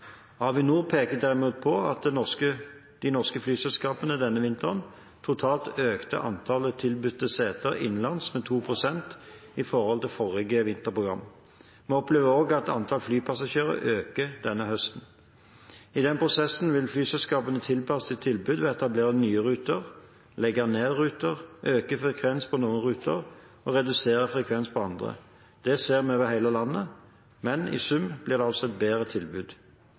Avinor peker derimot på at de norske flyselskapene denne vinteren totalt økte antallet tilbudte seter innenlands med 2 pst. i forhold til forrige vinterprogram. Vi opplever også at antall flypassasjerer øker denne høsten. I den prosessen vil flyselskapene tilpasse sitt tilbud ved å etablere nye ruter, legge ned ruter, øke frekvens på noen ruter og redusere frekvens på andre. Det ser vi over hele landet. Men i sum blir det altså et bedre tilbud.